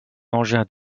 engin